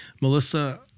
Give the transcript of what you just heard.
Melissa